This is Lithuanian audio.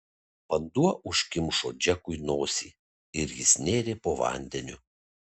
vanduo užkimšo džekui nosį ir jis nėrė po vandeniu